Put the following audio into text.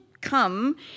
come